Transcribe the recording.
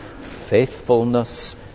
faithfulness